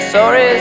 Sorry